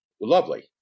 lovely